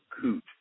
coot